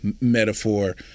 metaphor